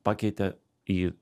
pakeitė į